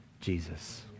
Jesus